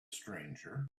stranger